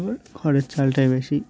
আবার খরের চালটাই বেশি